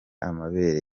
amabere